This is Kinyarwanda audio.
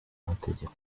amateka